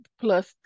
plus